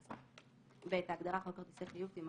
התשע"ח-2018,"; (ב)ההגדרה "חוק כרטיסי חיוב" תימחק,